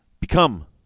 become